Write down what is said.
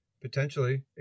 potentially